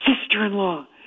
sister-in-law